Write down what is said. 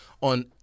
on